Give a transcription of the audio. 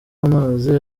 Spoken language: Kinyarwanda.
amazi